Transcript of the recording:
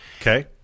Okay